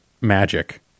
magic